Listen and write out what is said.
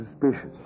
suspicious